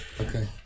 Okay